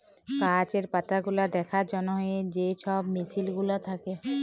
গাহাচের পাতাগুলা দ্যাখার জ্যনহে যে ছব মেসিল গুলা থ্যাকে